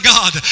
God